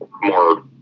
more